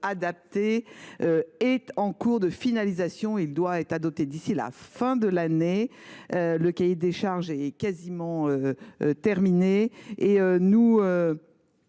adaptées est en cours de finalisation. Il doit être adopté d’ici à la fin de l’année – le cahier des charges est quasiment terminé – pour,